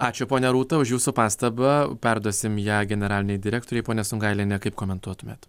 ačiū ponia rūta už jūsų pastabą perduosime ją generalinei direktorei ponia sungailiene kaip komentuotumėt